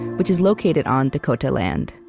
which is located on dakota land.